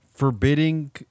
Forbidding